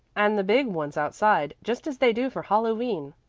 and the big ones outside, just as they do for hallowe'en.